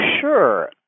Sure